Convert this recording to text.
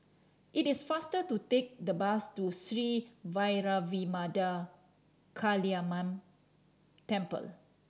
it is faster to take the bus to Sri Vairavimada Kaliamman Temple